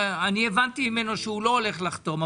הבנתי ממנו שהוא לא הולך לחתום.